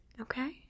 okay